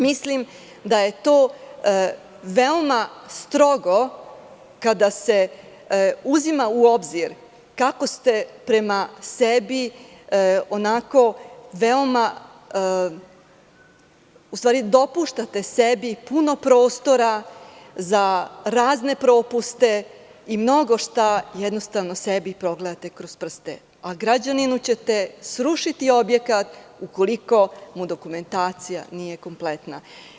Mislim da je to veoma strogo, kada se uzima u obzir kako dopuštate sebi puno prostora za razne propuste i mnogo šta sebi progledate kroz prste, a građaninu ćete srušiti objekat ukoliko mu dokumentacija nije kompletna.